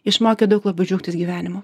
išmokė daug labiau džiaugtis gyvenimu